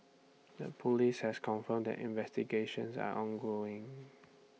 the Police has confirmed that investigations are ongoing